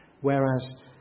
Whereas